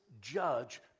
judge